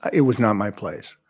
it was not my place.